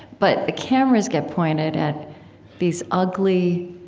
but the cameras get pointed at these ugly,